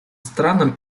странам